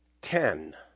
ten